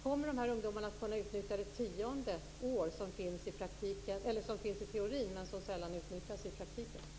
Kommer dessa ungdomar att kunna utnyttja det tionde året som finns i teorin, men som sällan utnyttjas i praktiken?